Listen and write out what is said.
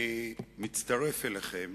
אני מצטרף אליכם